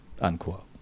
Unquote